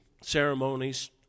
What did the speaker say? ceremonies